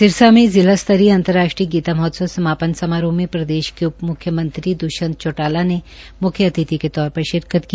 सिरसा में जिला स्तरीय अंतरराष्ट्रीय गीता महोत्सव समापन समारोह में प्रदेश के उप मुख्यमंत्री द्ष्यंत चौटाला ने मुख्य अतिथि के तौर पर शिरकत की